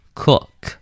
cook